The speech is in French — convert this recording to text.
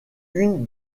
une